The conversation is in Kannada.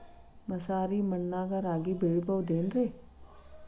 ಮಸಾರಿ ಮಣ್ಣಾಗ ರಾಗಿ ಬೆಳಿಬೊದೇನ್ರೇ?